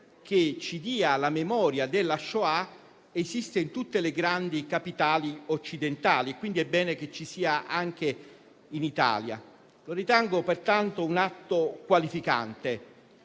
che ci dia la memoria della Shoah esiste in tutte le grandi capitali occidentali e, quindi, è bene che ci sia anche in Italia. Lo ritengo pertanto un atto qualificante.